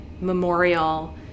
memorial